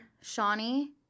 Shawnee